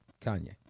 Kanye